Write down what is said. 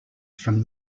from